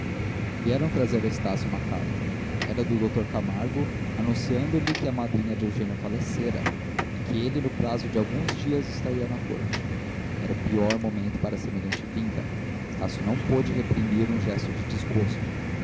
vieram trazer a estácio uma carta era do dr camargo anunciando-lhe que a madrinha de eugênia falecera e que ele no prazo de alguns dias estaria na corte era o pior momento para semelhante vinda estácio não pôde reprimir um gesto de desgosto